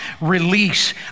release